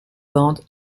bande